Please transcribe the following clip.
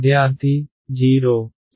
విద్యార్థి 0